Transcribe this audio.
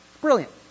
Brilliant